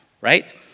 right